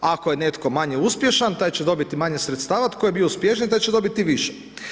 Ako je netko manje uspješan, taj će dobiti manje sredstava, tko je bio uspješniji, taj će dobiti više.